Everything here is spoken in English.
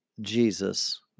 Jesus